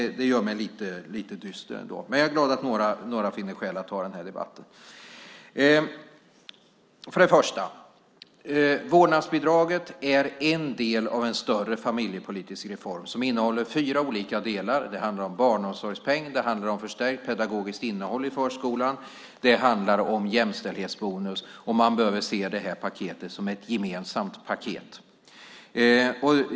Det gör mig lite dyster. Men jag är glad att några finner skäl att ta debatten. Först och främst: Vårdnadsbidraget är en del av en större familjepolitisk reform som innehåller fyra olika delar. Det handlar om barnomsorgspeng, förstärkt pedagogiskt innehåll i förskolan och jämställdhetsbonus. Man behöver se det här paketet som ett gemensamt paket.